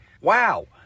wow